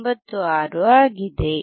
96 ಆಗಿದೆ